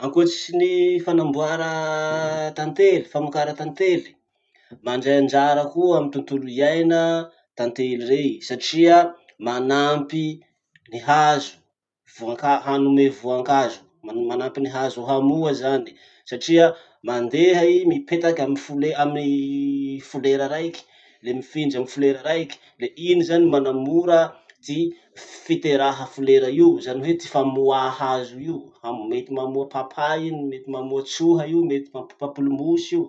Ankoatsin'ny fanamboara tantely, famokara tantely, mandray anjara koa amy tontolo iaina tantely rey satria manampy ny hazo, voankazo, hanome voankazo. Man- manampy ny hazo hamoa zany satria mandeha i mipetaky amy fole- amy folera raiky le mifindra amy folera raiky, le iny zany manamora ty fiteraha folera io, zany hoe ty famoà hazo io. Ham- mety mamoa papay io, mety mamoa tsoha io, mety pam- pamplemousse io.